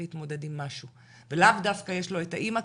להתמודד עם משהו ולאו דווקא יש לו את האימא,